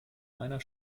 einer